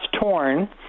torn